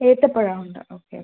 ഏത്തപ്പഴം ഉണ്ടോ ഓക്കെ